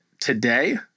today